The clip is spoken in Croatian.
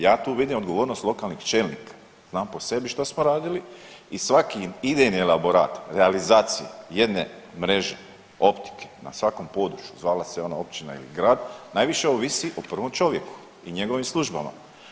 Ja tu vidim odgovornost lokalnih čelnika, znam po sebi što smo radili i svaki idejni elaborat realizacije jedne mreže optike na svakom području, zvala se ona općina ili grad, najviše ovisi o prvom čovjeku i njegovim službama.